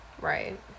Right